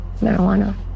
Marijuana